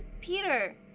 Peter